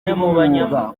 b’umwuga